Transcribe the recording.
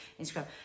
Instagram